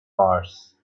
mars